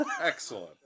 Excellent